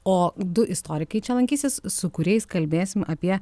o du istorikai čia lankysis su kuriais kalbėsim apie